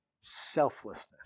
Selflessness